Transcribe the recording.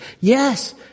Yes